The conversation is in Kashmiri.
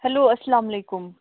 ہیٚلو اَسلام علیکُم